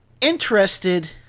interested